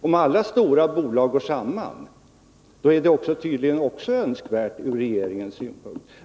Om alla stora bolag går samman är det tydligen önskvärt ur regeringens synpunkt.